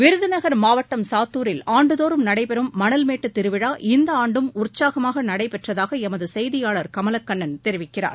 விருதுநகர் மாவட்டம் சாத்தூரில் ஆண்டுதோறும் நடைபெறும் மணல்மேட்டுத்திருவிழா இந்த ஆண்டும் உற்சாகமாக நடைபெற்றதாக எமது செய்தியாளர் கமலக்கண்ணன் தெரிவிக்கிறார்